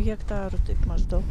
hektarų taip maždaug